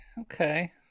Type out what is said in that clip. Okay